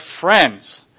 friends